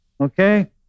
Okay